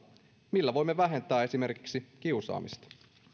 joilla voimme vähentää kiusaamista